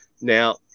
Now